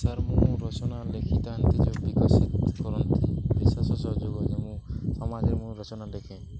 sir ମୁଁ ରଚନା ଲେଖିଥାନ୍ତି ଯେ ବିକଶିତ କରନ୍ତି ବିଶ୍ୱାସ ସହଯୋଗ ଯେ ମୁଁ ସମାଜରେ ମୁଁ ରଚନା ଲେଖେ